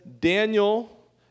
Daniel